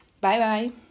Bye-bye